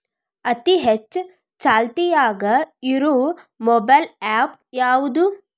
ಅತಿ ಹೆಚ್ಚ ಚಾಲ್ತಿಯಾಗ ಇರು ಮೊಬೈಲ್ ಆ್ಯಪ್ ಯಾವುದು?